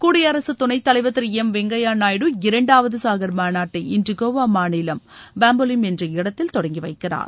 குடியரசுத் துணைத்தலைவர் திரு எம் வெங்கையா நாயுடு இரண்டாவது சாகர் மாநாட்டை இன்று கோவா மாநிலம் பம்போலிம் என்ற இடத்தில் தொடங்கி வைக்கிறார்